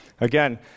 Again